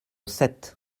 sept